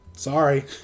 sorry